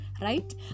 right